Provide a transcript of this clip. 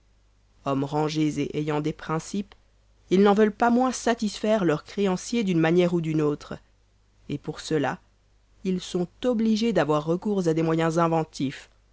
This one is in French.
hommes rangés et ayant des principes ils n'en veulent pas moins satisfaire leurs créanciers d'une manière ou d'une autre et pour cela ils sont obligés d'avoir recours à des moyens inventifs